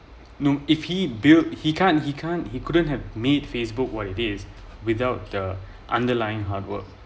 no if he built he can't he can't he couldn't have meet Facebook what it is without the underlying hard work